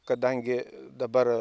kadangi dabar